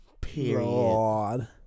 Period